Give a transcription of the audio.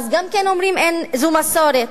אז גם אומרים: זו מסורת.